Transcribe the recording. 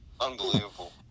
Unbelievable